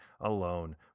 alone